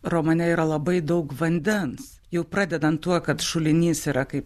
romane yra labai daug vandens jau pradedant tuo kad šulinys yra kaip